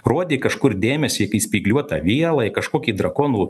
rodė kažkur dėmesį į spygliuotą vielą į kažkokį drakonų